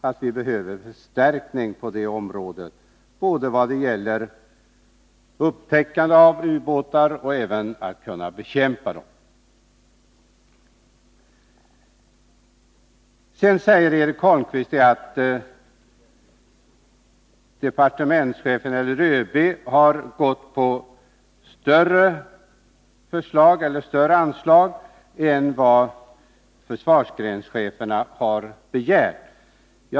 Det behövs förstärkning både vad det gäller upptäckande av u-båtar och vad det gäller bekämpning av dem. Eric Holmqvist säger vidare att departementschefen och ÖB har föreslagit större anslag än vad försvarsgrenscheferna har begärt.